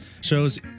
shows